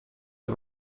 del